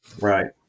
Right